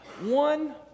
One